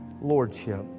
lordship